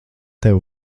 tev